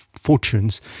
fortunes